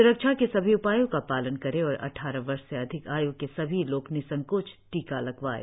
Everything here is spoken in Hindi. स्रक्षा के सभी उपायों का पालन करें और अद्वारह वर्ष से अधिक आय् के सभी लोग निसंकोच टीका लगवाएं